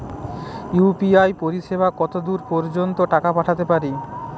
UPI পরিসেবা কতদূর পর্জন্ত টাকা পাঠাতে পারি?